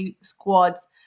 squads